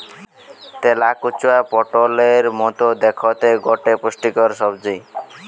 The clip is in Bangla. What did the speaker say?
তেলাকুচা পটোলের মতো দ্যাখতে গটে পুষ্টিকর সবজি